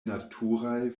naturaj